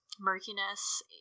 Murkiness